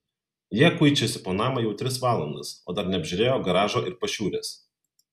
jie kuičiasi po namą jau tris valandas o dar neapžiūrėjo garažo ir pašiūrės